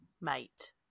mate